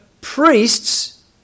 priests